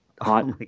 Hot